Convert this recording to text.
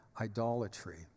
idolatry